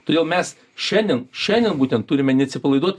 todėl mes šiandien šiandien būtent turime neatsipalaiduot